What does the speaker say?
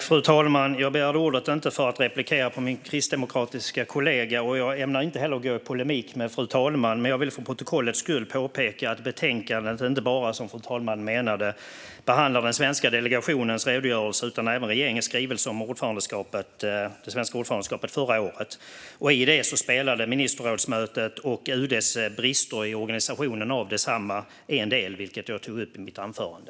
Fru talman! Jag begärde ordet men inte för att replikera på min kristdemokratiska kollega, och jag ämnar inte heller gå i polemik med fru talmannen. Men jag vill för protokollets skull påpeka att betänkandet inte bara, som fru talman menade, behandlar den svenska delegationens redogörelse utan även regeringens skrivelse om det svenska ordförandeskapet förra året. I detta spelade ministerrådsmötet och UD:s brister i organisationen av detsamma en roll, vilket jag tog upp i mitt anförande.